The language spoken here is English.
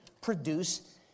produce